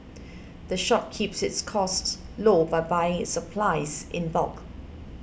the shop keeps its costs low by buying its supplies in bulk